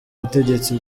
butegetsi